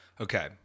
Okay